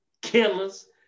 Killers